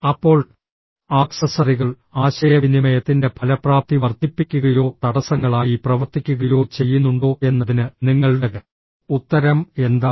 അപ്പോൾ ആക്സസറികൾ ആശയവിനിമയത്തിന്റെ ഫലപ്രാപ്തി വർദ്ധിപ്പിക്കുകയോ തടസ്സങ്ങളായി പ്രവർത്തിക്കുകയോ ചെയ്യുന്നുണ്ടോ എന്നതിന് നിങ്ങളുടെ ഉത്തരം എന്താണ്